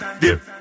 dip